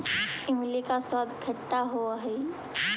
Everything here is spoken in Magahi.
इमली का स्वाद खट्टा होवअ हई